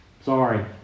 Sorry